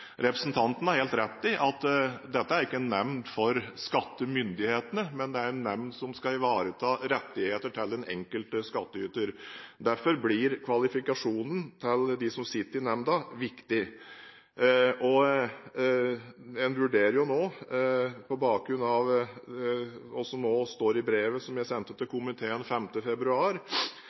Representanten har helt rett i at dette ikke er en nemnd for skattemyndighetene, men en nemnd som skal ivareta rettighetene til den enkelte skattyter. Derfor blir kvalifikasjonene til dem som sitter i nemnda, viktig. Skattedirektoratet vurderer nå – og det står i brevet jeg sendte til komiteen 5. februar